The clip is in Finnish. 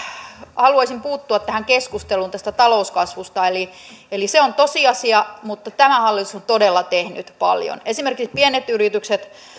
haluaisin puuttua tähän keskusteluun talouskasvusta eli eli se on tosiasia mutta tämä hallitus on todella tehnyt paljon esimerkiksi pienet yritykset